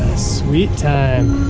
sweet time. and